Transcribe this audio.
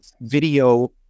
video